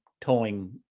towing